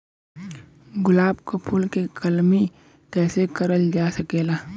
गुलाब क फूल के कलमी कैसे करल जा सकेला?